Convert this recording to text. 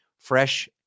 fresh